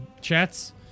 chats